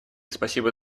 спасибо